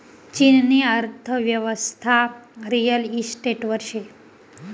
चीननी अर्थयेवस्था रिअल इशटेटवर शे